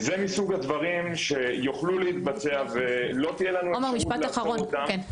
זה מסוג הדברים שיוכלו להתבצע ולא תהיה לנו אפשרות לעצור אותם,